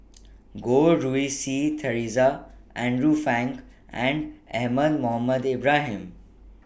Goh Rui Si Theresa Andrew Phang and Ahmad Mohamed Ibrahim